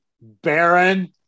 Baron